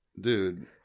dude